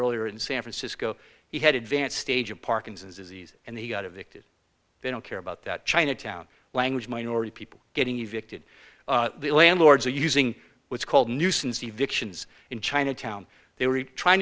earlier in san francisco he had advanced stage of parkinson's disease and he got evicted they don't care about that chinatown language minority people getting evicted the landlords are using what's called nuisance the vixens in chinatown they were trying